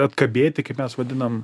atkabėti kaip mes vadinam